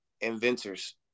inventors